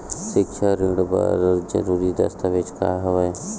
सिक्छा ऋण बर जरूरी दस्तावेज का हवय?